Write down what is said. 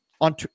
on